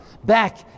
back